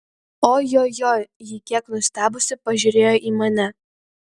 ojojoi ji kiek nustebusi pažiūrėjo į mane